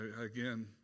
Again